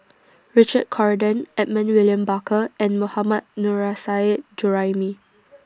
Richard Corridon Edmund William Barker and Mohammad Nurrasyid Juraimi